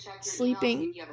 sleeping